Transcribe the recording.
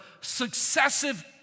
successive